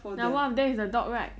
ya one of them is a dog right